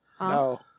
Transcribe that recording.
No